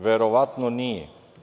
Verovatno nije.